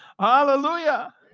Hallelujah